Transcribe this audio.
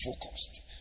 focused